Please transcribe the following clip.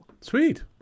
Sweet